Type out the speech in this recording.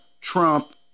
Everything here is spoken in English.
Trump